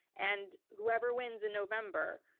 and whoever wins in november,